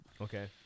Okay